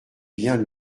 bien